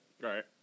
Right